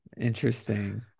interesting